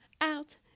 out